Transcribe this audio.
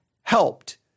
helped